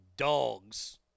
dogs